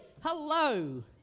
Hello